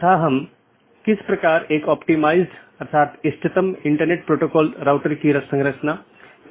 यह एक बड़े आईपी नेटवर्क या पूरे इंटरनेट का छोटा हिस्सा है